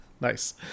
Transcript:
nice